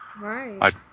Right